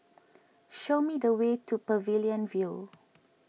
show me the way to Pavilion View